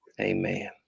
Amen